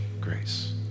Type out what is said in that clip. grace